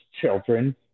children